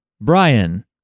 Brian